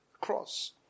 cross